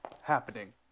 happening